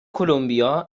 کلمبیا